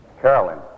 Carolyn